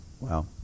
Wow